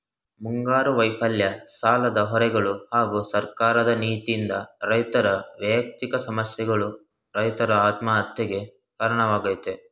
ಮುಂಗಾರು ವೈಫಲ್ಯ ಸಾಲದ ಹೊರೆಗಳು ಹಾಗೂ ಸರ್ಕಾರದ ನೀತಿಯಿಂದ ರೈತರ ವ್ಯಯಕ್ತಿಕ ಸಮಸ್ಯೆಗಳು ರೈತರ ಆತ್ಮಹತ್ಯೆಗೆ ಕಾರಣವಾಗಯ್ತೆ